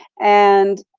and